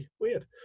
Weird